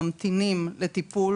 ממתינים לטיפול